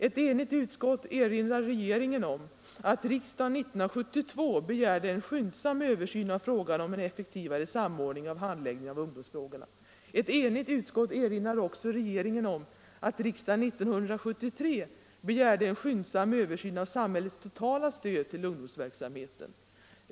Ett enigt utskott erinrar regeringen om att riksdagen 1972 begärde en skyndsam översyn av frågan om en effektivare samordning av handläggningen av ungdomsfrågorna. Ett enigt utskott erinrar också regeringen om att riksdagen 1973 begärde en skyndsam översyn av samhällets totala stöd till ungdomsverksamheten.